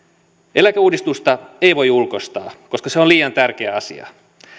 eläkeuudistusta ei voi ulkoistaa koska se on liian tärkeä asia